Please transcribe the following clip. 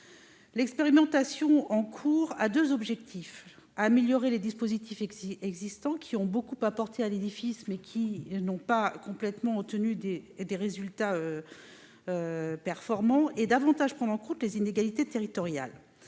expérimentation a deux objectifs : améliorer les dispositifs existants, qui ont beaucoup apporté à l'édifice, mais qui n'ont pas obtenu des résultats performants, et davantage prendre en compte les inégalités territoriales.